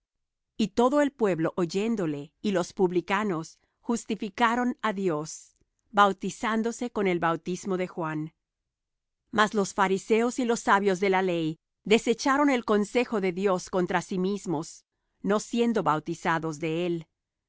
y todo el pueblo oyéndole y los publicanos justificaron á dios bautizándose con el bautismo de juan mas los fariseos y los sabios de la ley desecharon el consejo de dios contra sí mismos no siendo bautizados de él